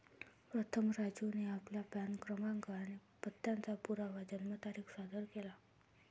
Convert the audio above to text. प्रथम राजूने आपला पॅन क्रमांक आणि पत्त्याचा पुरावा जन्मतारीख सादर केला